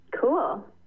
Cool